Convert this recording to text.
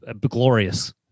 glorious